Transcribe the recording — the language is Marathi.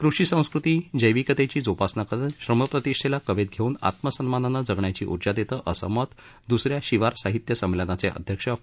कृषी संस्कृती जैविकतेची जोपासना करत श्रमप्रतिष्ठेला कवेत घेवून आत्मसन्मानानं जगण्याची उर्जा देतं असं मत द्स या शिवार साहित्य संमेलनाचे अध्यक्ष फ